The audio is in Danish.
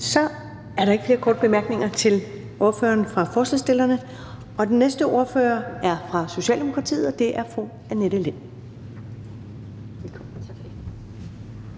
Så er der ikke flere korte bemærkninger til ordføreren for forespørgerne. Den næste ordfører er fra Socialdemokratiet, og det er fru Annette Lind.